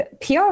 PR